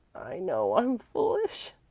know i'm foolish,